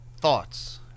thoughts